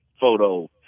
photo